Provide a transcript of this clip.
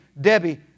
Debbie